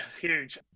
huge